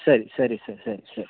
ಸರಿ ಸರಿ ಸರ್ ಸರಿ ಸರಿ